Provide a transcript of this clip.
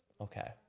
Okay